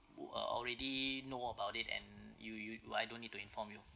wou~ uh already know about it and you you do I don't need to inform you